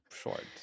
short